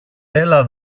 έλα